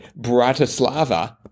Bratislava